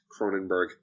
Cronenberg